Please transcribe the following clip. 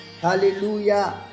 hallelujah